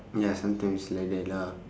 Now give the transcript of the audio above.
ya sometimes it's like that lah